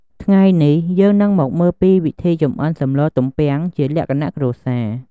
ថ្ងៃនេះ យើងនឹងមកមើលពីវិធីចម្អិនសម្លទំពាំងជាលក្ខណៈគ្រួសារ។